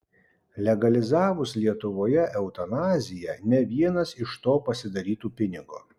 legalizavus lietuvoje eutanaziją ne vienas iš to pasidarytų pinigo